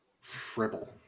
Fribble